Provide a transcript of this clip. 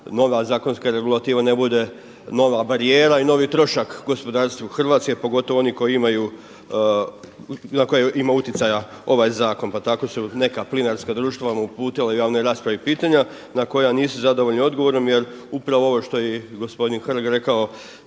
nova zakonska regulativa ne bude nova barijera i novi trošak gospodarstvu Hrvatske pogotovo oni koji imaju na koje ima utjecaja ovaj zakon. Pa tako su neka plinarska društva vam uputila u javnoj raspravi pitanja na koja nisu zadovoljni odgovorom jer upravo ovo što je i gospodin Hrg rekao